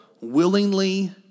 willingly